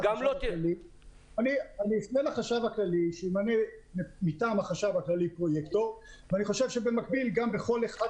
אני אפנה לחשב הכללי שימנה פרויקטור מטעם החשב הכללי.